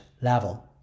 level